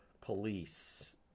police